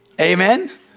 Amen